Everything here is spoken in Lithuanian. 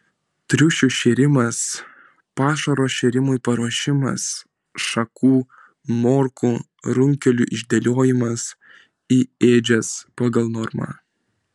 triušių šėrimas pašaro šėrimui paruošimas šakų morkų runkelių išdėliojimas į ėdžias pagal normą